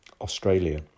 Australia